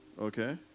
Okay